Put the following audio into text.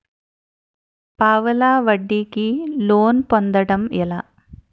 పావలా వడ్డీ కి లోన్ పొందటం ఎలా?